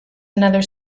another